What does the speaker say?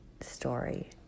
story